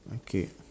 okay